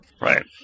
Right